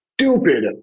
stupid